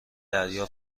دریا